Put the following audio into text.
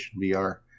VR